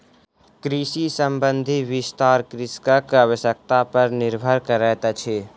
कृषि संबंधी विस्तार कृषकक आवश्यता पर निर्भर करैतअछि